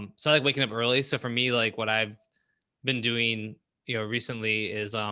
um so like waking up early. so for me, like, what i've been doing you know recently is, um